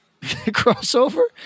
crossover